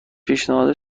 پیشنهاد